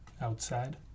outside